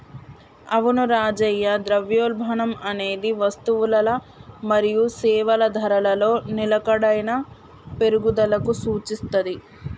అవును రాజయ్య ద్రవ్యోల్బణం అనేది వస్తువులల మరియు సేవల ధరలలో నిలకడైన పెరుగుదలకు సూచిత్తది